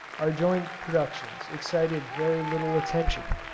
our joint productions excited very little attention,